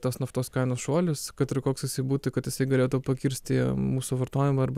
tas naftos kainos šuolis kad ir koks jisai būtų kad jisai galėtų pakirsti mūsų vartojimą arba